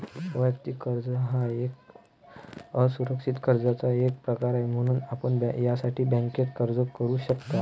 वैयक्तिक कर्ज हा एक असुरक्षित कर्जाचा एक प्रकार आहे, म्हणून आपण यासाठी बँकेत अर्ज करू शकता